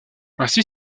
ainsi